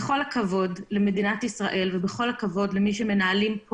המכרז שהוא פרסם כדי לקדם אותה,